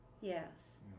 Yes